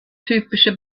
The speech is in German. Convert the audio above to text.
typische